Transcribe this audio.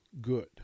good